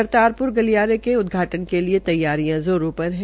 करतारपुर गलियारे के उदघाटन् के लिए तैयारियां ज़ोरों पर है